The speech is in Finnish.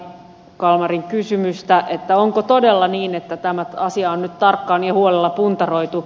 kalmarin kysymystä onko todella niin että tämä asia on nyt tarkkaan ja huolella puntaroitu